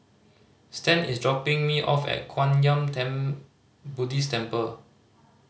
Stan is dropping me off at Kwan Yam Theng Buddhist Temple